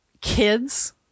kids